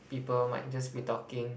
people might just be talking